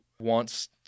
wants